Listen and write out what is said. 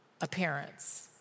appearance